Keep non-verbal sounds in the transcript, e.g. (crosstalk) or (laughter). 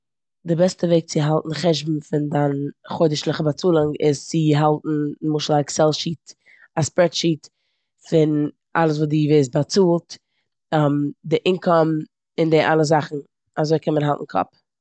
די בעסטע וועג צו האלטן חשבון פון דיין חודישליכע באצאלונג איז צו האלטן נמשל א עקסעל שיט, א ספרעד שיט פון אלעס וואס די ווערסט באצאלט, (hesitation) די אינקאם און די אלע זאכן. אזוי קען מען האלטן קאפ.